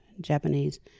Japanese